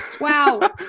wow